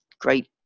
great